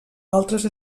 altres